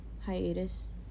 Hiatus